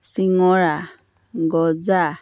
চিঙৰা গজা